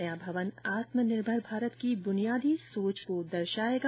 नया भवन आत्मनिर्भर भारत की ब्रेनियादी सोच को दर्शाएगा